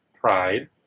Pride